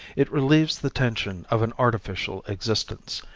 it relieves the tension of an artificial existence,